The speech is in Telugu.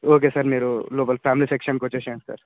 ఓకే సార్ మీరు లోపల ఫ్యామిలీ సెక్షన్కి వచ్చేసేయండి సార్